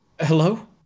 hello